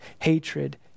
hatred